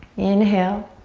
inhale.